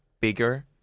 bigger